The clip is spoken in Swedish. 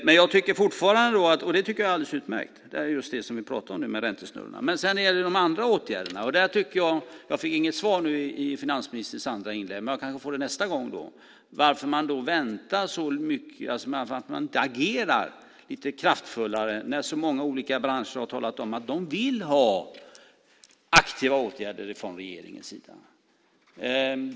Men jag tycker fortfarande att just det som vi pratade om nu med räntesnurrorna är alldeles utmärkt. Men sedan är det de andra åtgärderna. Jag fick inget svar nu i finansministerns andra inlägg - jag kanske får det nästa gång - på frågan varför man väntar och inte agerar lite mer kraftfullt när så många olika branscher har talat om att man vill ha aktiva åtgärder från regeringens sida.